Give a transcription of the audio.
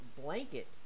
blanket